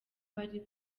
bari